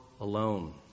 alone